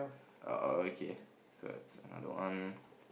oh okay so it's another one